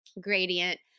gradient